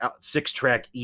six-track